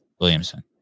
Williamson